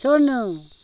छोड्नु